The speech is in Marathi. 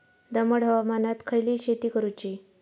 दमट हवामानात खयली शेती करूची?